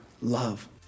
love